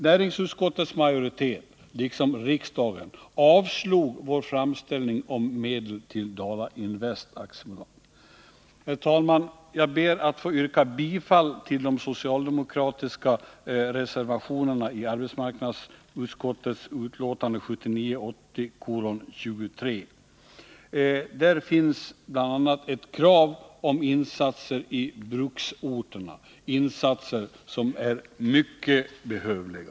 Näringsutskottets majoritet avstyrkte och riksdagen avslog vår framställning om medel till Dala Invest AB. Herr talman! Jag ber att få yrka bifall till de socialdemokratiska reservationerna i arbetsmarknadsutskottets betänkande 1979/80:23. Där finns bl.a. ett krav om insatser i bruksorterna, insatser som är mycket behövliga.